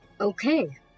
okay